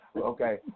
okay